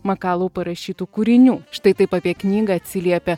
makalau parašytų kūrinių štai taip apie knygą atsiliepia